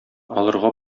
алырга